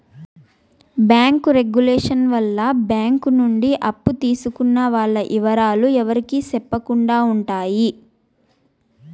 bank regulation వల్ల bank నుండి అప్పు తీసుకున్న వాల్ల ఇవరాలు ఎవరికి సెప్పకుండా ఉంటాయి